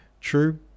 True